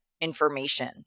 information